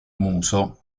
muso